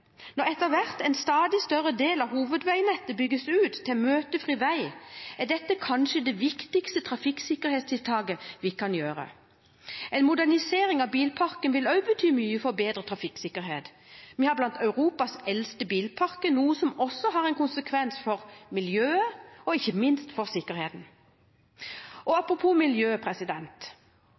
Når en stadig større del av hovedveinettet etter hvert bygges ut til møtefri vei, er dette kanskje det viktigste trafikksikkerhetstiltaket vi kan gjøre. En modernisering av bilparken vil også bety mye for bedre trafikksikkerhet – vi er blant dem som har Europas eldste bilpark, noe som også har en konsekvens for miljøet og ikke minst for sikkerheten.